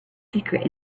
secrets